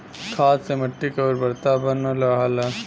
खाद से मट्टी क उर्वरता बनल रहला